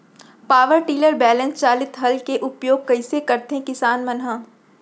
Power tiller बैलेंस चालित हल के उपयोग कइसे करथें किसान मन ह?